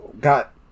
got